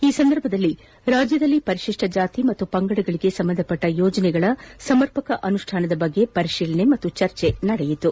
ಈ ಸಂದರ್ಭದಲ್ಲಿ ರಾಜ್ಯದಲ್ಲಿ ಪರಿಶಿಷ್ಟ ಜಾತಿ ಮತ್ತು ಪಂಗಡಗಳಿಗೆ ಸಂಬಂಧಿಸಿದ ಯೋಜನೆಗಳ ಸಮರ್ಪಕ ಅನುಷ್ಠಾನ ಕುತಿಯು ಪರಿಶೀಲನೆ ಹಾಗೂ ಚರ್ಚೆ ನಡೆಸಲಾಯಿತು